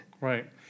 Right